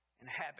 inhabit